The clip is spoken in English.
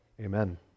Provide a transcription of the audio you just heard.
Amen